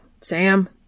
Sam